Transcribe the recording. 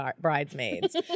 bridesmaids